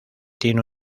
tiene